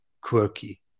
quirky